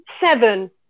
Seven